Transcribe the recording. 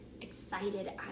excited